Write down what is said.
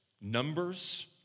Numbers